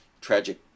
tragic